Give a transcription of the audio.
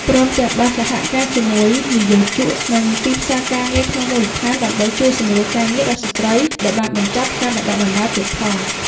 ព្រមទាំង បានសហការជាមួយនិយោជក និងទីផ្សារការងារក្នុងមូលដ្ឋាន ដើម្បីជួយសម្រួលការងារដល់ស្ត្រីដែលបានបញ្ចប់ការបណ្តុះបណ្តាលទៀតផង។